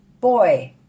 boy